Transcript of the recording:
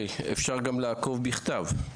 אפשר גם לעקוב בכתב.